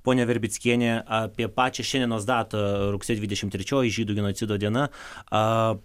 ponia verbickienė apie pačią šiandienos datą rugsėjo dvidešimt trečioji žydų genocido diena a